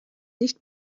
nicht